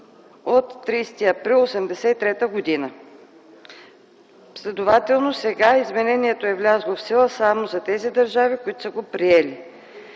от 30 април 1983 г. Следователно сега изменението е влязло в сила само за тези държави, които са го приели.